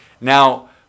Now